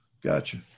Gotcha